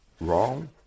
wrong